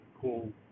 cool